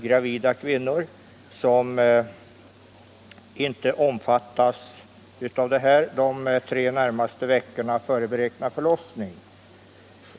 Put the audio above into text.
Gravida kvinnor t.ex. omfattas inte av avtalet under de tre sista veckorna före beräknad förlossning.